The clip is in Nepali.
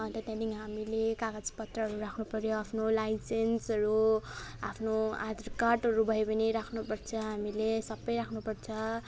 अन्त त्यहाँदेखि हामीले कागज पत्रहरू राख्नुपर्यो आफ्नो लाइसेन्सहरू आफ्नो आधार कार्डहरू भयो भने राख्नुपर्छ हामीले सबै राख्नुपर्छ